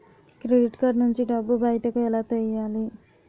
Credit card నుంచి డబ్బు బయటకు ఎలా తెయ్యలి?